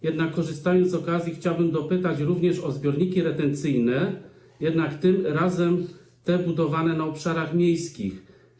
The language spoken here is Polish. Jednak korzystając z okazji, chciałbym dopytać o zbiorniki retencyjne, jednak tym razem budowane na obszarach miejskich.